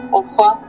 offer